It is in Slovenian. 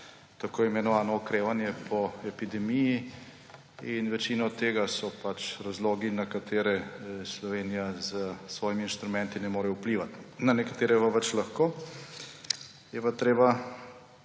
tako imenovano okrevanje po epidemiji. In večino od tega so razlogi, na katere Slovenija s svojimi instrumenti ne more vplivati, na nekatere pa pač lahko. Je pa treba,